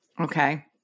Okay